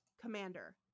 Commander